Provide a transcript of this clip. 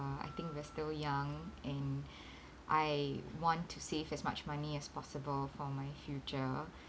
uh I think we're still young and I want to save as much money as possible for my future